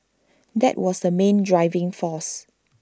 that was the main driving force